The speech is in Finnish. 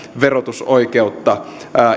verotusoikeutta